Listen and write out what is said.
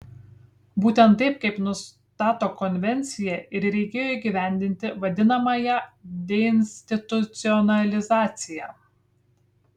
būtent taip kaip nustato konvencija ir reikėjo įgyvendinti vadinamąją deinstitucionalizaciją